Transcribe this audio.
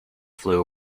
flew